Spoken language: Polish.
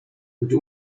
gdy